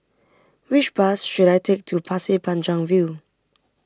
which bus should I take to Pasir Panjang View